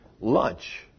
lunch